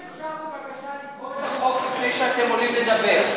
האם אפשר בבקשה לקרוא את החוק לפני שאתם עולים לדבר?